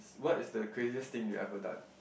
what is the craziest thing you ever done